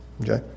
Okay